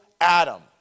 Adam